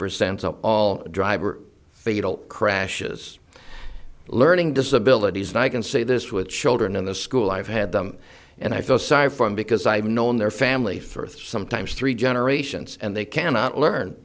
percent of all driver fatal crashes learning disabilities and i can say this with children in the school i've had them and i feel sorry for him because i've known their family for sometimes three generations and they cannot learn